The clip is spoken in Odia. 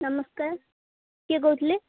ନମସ୍କାର କିଏ କହୁଥିଲେ